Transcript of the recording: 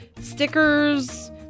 stickers